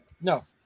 no